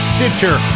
Stitcher